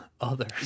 others